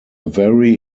very